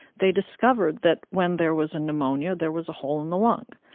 they discovered that when there was a pneumonia, there was a hole in the lung.